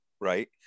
right